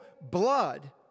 blood